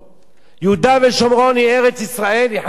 יהודה ושומרון זה ארץ-ישראל, זה חלק מארץ-ישראל.